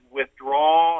withdraw